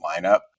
lineup